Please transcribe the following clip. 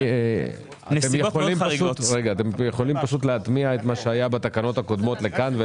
אתם יכולים להטמיע את מה שהיה בתקנות הקודמות לכאן?